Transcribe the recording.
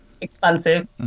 Expensive